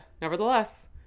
nevertheless